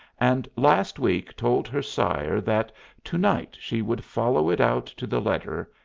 and last week told her sire that to-night she would follow it out to the letter,